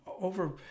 over